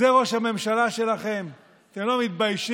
זה ראש הממשלה שלכם, אתם לא מתביישים?